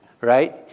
right